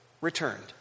returned